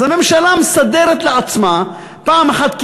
אז הממשלה מסדרת לעצמה פעם אחת,